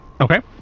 Okay